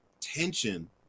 tension